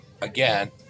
again